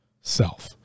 self